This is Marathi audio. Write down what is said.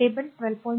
टेबल १२